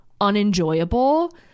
unenjoyable